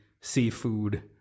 seafood